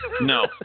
No